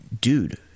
dude